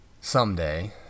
Someday